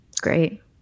Great